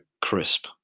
crisp